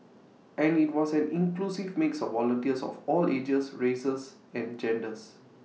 and IT was an inclusive mix of volunteers of all ages races and genders